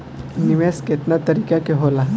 निवेस केतना तरीका के होला?